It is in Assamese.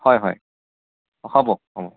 হয় হয় হ'ব